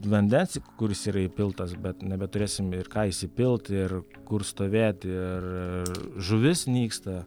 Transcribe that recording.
vandens kuris yra įpiltas bet nebeturėsim ir ką įsipilt ir kur stovėt ir žuvis nyksta